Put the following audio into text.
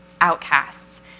outcasts